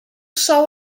sol